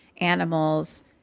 animals